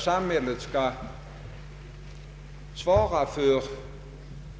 Samhället skall svara för